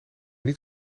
niet